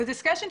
כן, בבקשה.